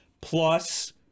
Plus